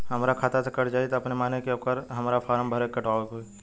हमरा खाता से कट जायी अपने माने की आके हमरा फारम भर के कटवाए के होई?